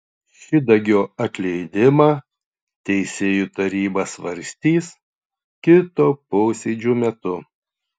šidagio atleidimą teisėjų taryba svarstys kito posėdžio metu